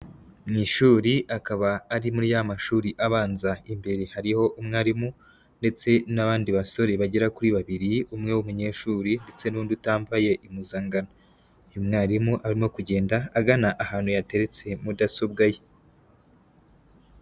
Mu ishuri, akaba arimo ya mashuri abanza, imbere hariho umwarimu ndetse n'abandi basore bagera kuri babiri: umwe w'umunyeshuri ndetse n'undi utambaye impuzangano. Uyu mwarimu arimo kugenda agana ahantu yateretse mudasobwa ye.